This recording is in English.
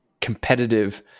competitive